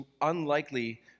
unlikely